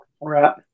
Right